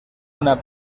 una